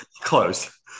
Close